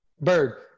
Bird